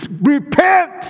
Repent